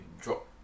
drop